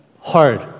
hard